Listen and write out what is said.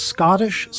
Scottish